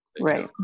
Right